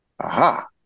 aha